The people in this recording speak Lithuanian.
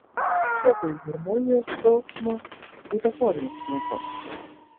vietoj harmonijos dvelksmo butaforijos triumfas